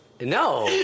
No